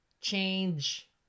change